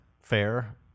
fair